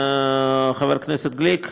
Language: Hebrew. חבר הכנסת גליק,